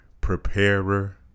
preparer